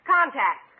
Contact